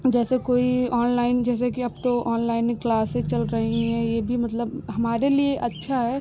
जैसे कोई ऑनलाइन जैसे कि अब तो ऑनलाइन क्लासें चल रही हैं यह भी मतलब हमारे लिए अच्छा है